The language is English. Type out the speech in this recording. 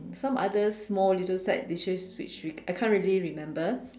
some other small little side dishes which we I can't really remember